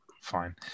Fine